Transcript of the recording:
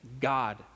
God